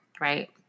right